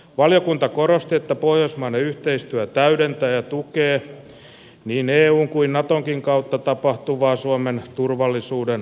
valiokunta korosti että pohjoismainen yhteistyö täydentää ja tukee niin eun kuin natonkin kautta tapahtuvaa suomen turvallisuuden vahvistamista